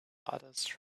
others